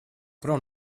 prom